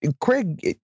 Craig